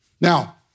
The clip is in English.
Now